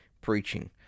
preaching